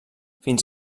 fins